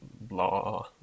blah